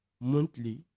monthly